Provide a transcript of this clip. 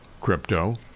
crypto